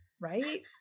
Right